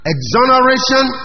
Exoneration